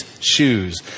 shoes